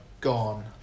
gone